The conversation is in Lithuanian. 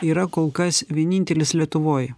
yra kol kas vienintelis lietuvoj